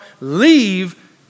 leave